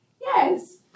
yes